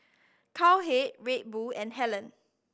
Cowhead Red Bull and Helen